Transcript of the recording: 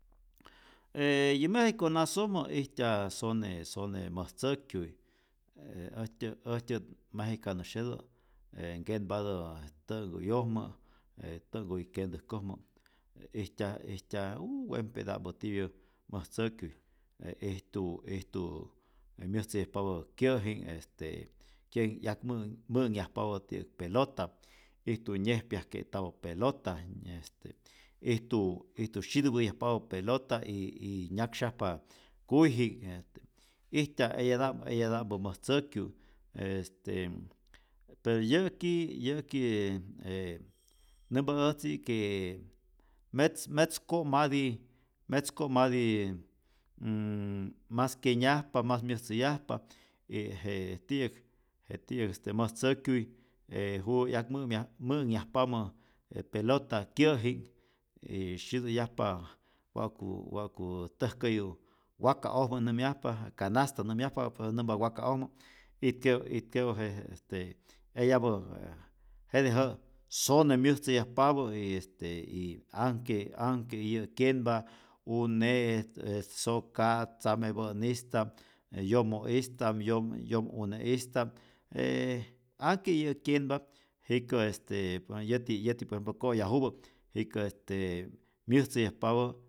Eee yä mexico nasojmä ijtyaj sone sone mäjtzäkyuy, ee äjtyä äjtyät mexicanusyetä e nkenpatä tä'nhkuy'yojmä je tä'nhkuy kentäjkojmä, e ijtyaj ijtyaj uuuujjj wempeta'mpä tiyä mäjtzyäkyuy e ijtu ijtu je myäjtzäyajpapä kyä'jinh, este kyä'ji'k 'yak mä'nh mä'nhyajpapä ti'yäk pelota, ijtu nyejpyajke'tapä pelota, ee este ijtu ijtu syitupä'yajpapä pelota y y nyaksyajpa kuyji'k este, ijtya eya'ta'mpä eyata'mpä majtzäkyu', este pero yä'ki yä'ki ee nämpa äjtzi qu metz metzko'mati metzko'mati nnn- mas kyenyajpa mas myäjtzäyajpa, y je ti'yäk je ti'yäk este mäjtzäkyuy je juwä 'yak mä'myaj mä'nhyajpamä je pelota kyä'jinh y syitu'yajpa wa'ku wa'ku täjkäyu waka'ojmä nämyajpa je canasta nämyajpa pero äj nämpa waka'ojmä, itke'u itke'u je je este eyapä je jetä jä'ä sone myäjtzäyajpapä y este y anhke anhke iyä' kyenpa une', e soka', tzamepä'nista'p, e yomo'ista'p, yom yom'une'ista'p e anhke iyä' kyenpa jikä este por ejemplo yäti yäti por ejemplo ko'yajupä jikä este myäjtzäyajpapä